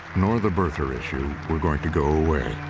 nor the birther issue, were going to go away.